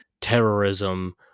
terrorism